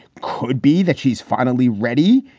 could be that she's finally ready.